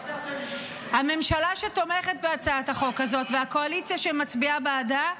הממשלה שתומכת בהצעת החוק הזאת והקואליציה שמצביעה בעדה,